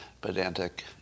pedantic